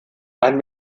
ein